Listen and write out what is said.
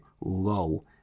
low